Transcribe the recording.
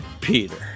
Peter